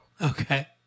Okay